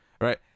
Right